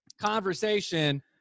conversation